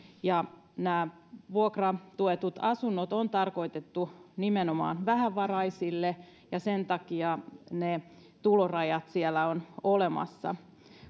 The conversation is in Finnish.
ja nämä vuokratuetut asunnot on tarkoitettu nimenomaan vähävaraisille ja sen takia ne tulorajat siellä ovat olemassa